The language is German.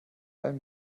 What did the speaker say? allem